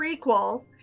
prequel